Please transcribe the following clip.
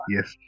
Yes